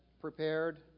prepared